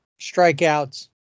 strikeouts